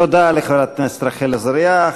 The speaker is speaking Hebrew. תודה לחברת הכנסת רחל עזריה.